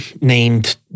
named